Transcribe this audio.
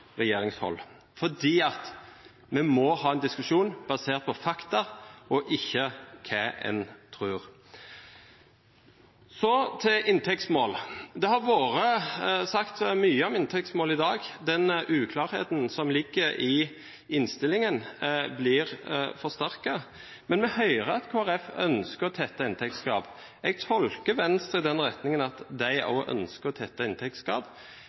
regjeringshold. For vi må ha en diskusjon basert på fakta, og ikke på hva man tror. Til inntektsmål: Det har vært sagt mye om inntektsmål i dag. Den uklarheten som ligger i innstillingen, blir forsterket, men vi hører at Kristelig Folkeparti ønsker å tette inntektsgap. Jeg tolker Venstre i den retningen at de også ønsker å tette